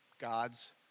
God's